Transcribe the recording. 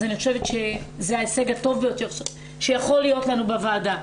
אז אני חושבת שזה ההישג הטוב ביותר שיכול להיות לנו בוועדה.